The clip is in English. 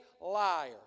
liar